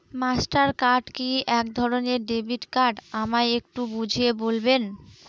Master card কি একধরণের debit card আমায় একটু বুঝিয়ে বলবেন?